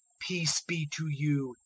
peace be to you,